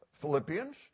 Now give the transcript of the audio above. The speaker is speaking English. Philippians